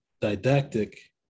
didactic